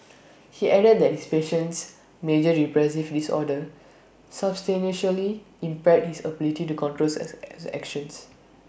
he added that his patient's major depressive disorder substantially impaired his ability to control his actions